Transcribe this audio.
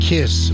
Kiss